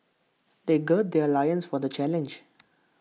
they gird their loins for the challenge